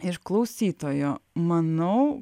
iš klausytojo manau